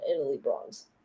Italy-Bronze